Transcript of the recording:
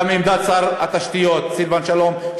גם עמדת שר התשתיות סילבן שלום,